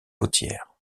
côtière